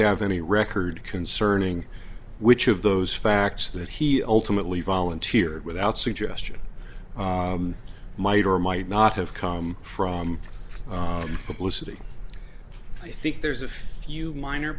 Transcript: have any record concerning which of those facts that he ultimately volunteered without suggestion might or might not have come from complicity i think there's a few minor